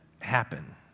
happen